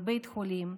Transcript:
בבית חולים.